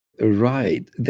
Right